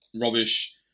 rubbish